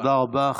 תודה רבה.